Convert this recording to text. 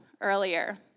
earlier